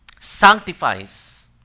sanctifies